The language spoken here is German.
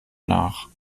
nach